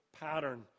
pattern